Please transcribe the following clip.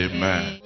Amen